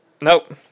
Nope